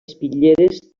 espitlleres